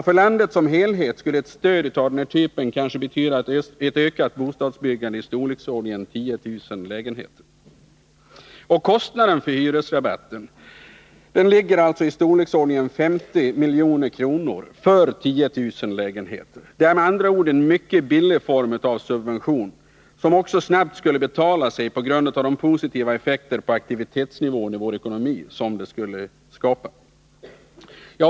För landet som helhet skulle ett stöd av den här typen kanske betyda ett ökat bostadsbyggande i storleksordningen 10 000 lägenheter. Kostnaden för en hyresrabatt ligger i storleksordningen 50 milj.kr. för 10 000 lägenheter. Det är med andra ord en mycket billig form av subvention, som också snabbt skulle betala sig på grund av de positiva effekter på aktivitetsnivån i vår ekonomi som den skulle skapa.